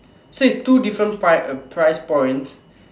so it's two different price uh price points